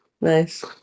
nice